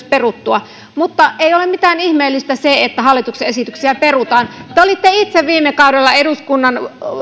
peruttua ei ole mitään ihmeellistä siinä että hallituksen esityksiä perutaan te te olitte itse viime kaudella